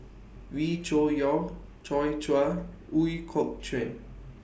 Wee Cho Yaw Joi Chua Ooi Kok Chuen